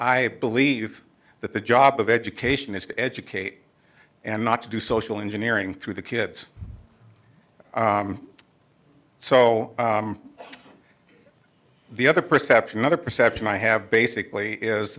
i believe that the job of education is to educate and not to do social engineering through the kids so the other perception other perception i have basically is